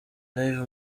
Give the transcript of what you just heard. live